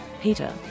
Peter